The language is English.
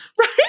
Right